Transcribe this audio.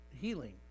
healing